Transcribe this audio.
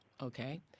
Okay